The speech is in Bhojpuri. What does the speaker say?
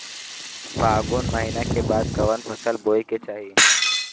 फागुन महीना के बाद कवन फसल बोए के चाही?